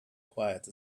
quiet